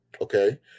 Okay